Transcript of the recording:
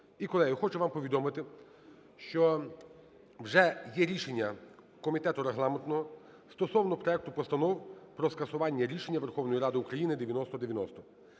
І, колеги, хочу вам повідомити, що вже є рішення Комітету регламентного стосовно проекту Постанови про скасування рішення Верховної Ради України (9090).